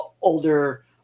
older